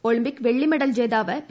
Olympic വെള്ളി medal ജേതാവ് P